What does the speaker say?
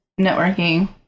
networking